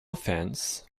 offense